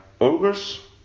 Ogres